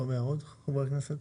הערות מחברי הכנסת?